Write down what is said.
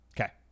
okay